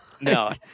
No